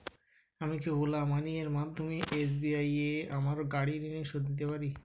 আমি কি ওলা মানি এর মাধ্যমে এস বি আই এ আমার গাড়ি ঋণের শোধ দিতে পারি